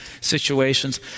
situations